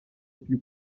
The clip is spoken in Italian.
più